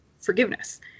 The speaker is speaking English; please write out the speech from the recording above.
forgiveness